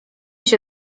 się